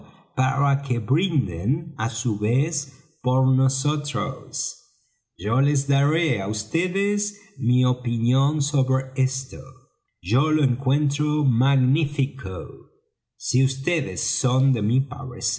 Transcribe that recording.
para que brinden á su vez por nosotros yo les daré á vds mi opinión sobre esto yo lo encuentro magnífico si vds son de mi